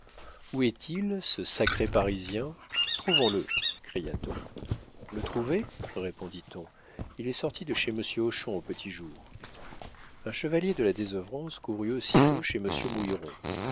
où est-il ce sacré parisien trouvons le cria-t-on le trouver répondit-on il est sorti de chez monsieur hochon au petit jour un chevalier de la désœuvrance courut aussitôt chez monsieur